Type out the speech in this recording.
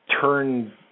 turn